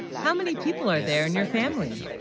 how, many people are there in your family?